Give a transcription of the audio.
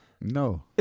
No